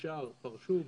השאר פרשו,